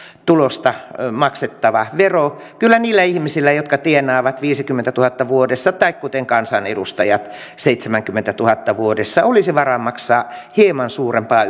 tulosta maksettava vero kyllä niillä ihmisillä jotka tienaavat viidessäkymmenessätuhannessa vuodessa tai kuten kansanedustajat seitsemässäkymmenessätuhannessa vuodessa olisi varaa maksaa hieman suurempaa